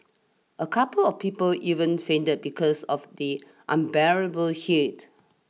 a couple of people even fainted because of the unbearable heat